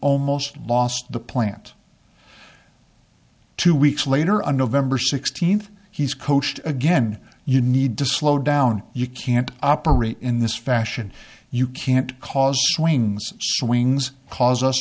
almost lost the plant two weeks later on nov sixteenth he's coached again you need to slow down you can't operate in this fashion you can't cause strains swings cause us